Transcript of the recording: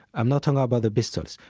i'm not talking about the pistols,